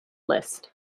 list